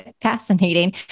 fascinating